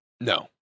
No